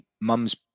mum's